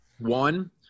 one –